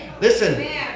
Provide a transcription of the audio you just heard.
Listen